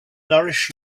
nourish